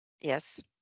Yes